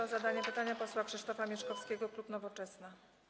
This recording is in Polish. Proszę o zadanie pytania posła Krzysztofa Mieszkowskiego, klub Nowoczesna.